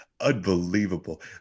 Unbelievable